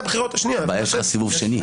הבעיה שיש סיבוב שני.